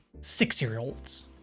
six-year-olds